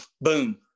boom